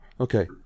Okay